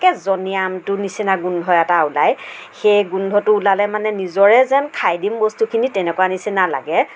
একে জনিয়া আমটো নিচিনা গোন্ধ এটা ওলায় সেই গোন্ধটো ওলালে মানে নিজৰে যেন খায় দিম বস্তুখিনি তেনেকুৱা নিচিনা লাগে